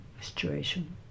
situation